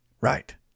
right